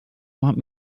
want